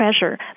pressure